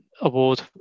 award